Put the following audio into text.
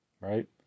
right